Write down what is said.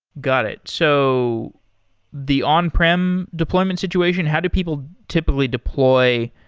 got it. so the on-prem deployment situation, how do people typically deploy